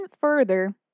further